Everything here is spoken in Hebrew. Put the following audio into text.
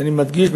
ואני מדגיש,